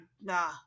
nah